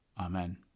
amen